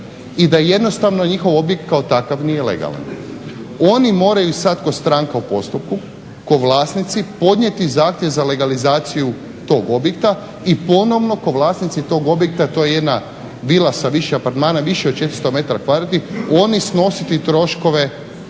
I da jednostavno njihov objekt kao takav nije legalan. Oni moraju sad ko stranka u postupku ko vlasnici, podnijeti zahtjev za legalizaciju tog objekta i ponovno ko vlasnici tog objekta, to je jedna vila sa više apartmana, više od 400 metara kvadratnih, oni snositi troškove